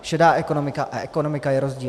Šedá ekonomika a ekonomika je rozdíl.